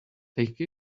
take